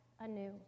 anew